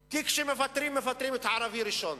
כשמפטרים, מפטרים את הערבי ראשון.